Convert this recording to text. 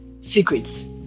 secrets